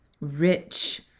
rich